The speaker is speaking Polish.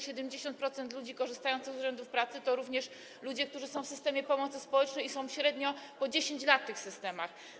70% ludzi korzystających z urzędów pracy to ludzie, którzy są w systemie pomocy społecznej i są średnio po 10 lat w tych systemach.